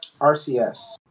RCS